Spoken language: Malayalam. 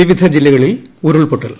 വിവിധ ജില്ലകളിൽ ഉരുൾപൊട്ടൽ